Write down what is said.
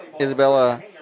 Isabella